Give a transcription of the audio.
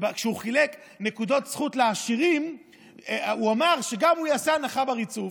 כשהוא חילק נקודות זכות לעשירים הוא אמר שהוא גם יעשה הנחה בריצוף,